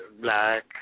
black